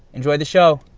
enjoy the show